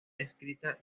escrita